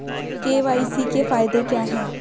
KYC के फायदे क्या है?